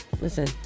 listen